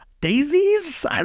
daisies